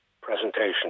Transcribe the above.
presentation